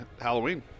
Halloween